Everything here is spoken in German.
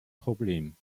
problem